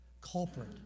culprit